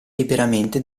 liberamente